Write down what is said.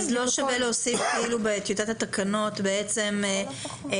אז לא שווה להוסיף בטיוטת התקנות שזה בהסמכת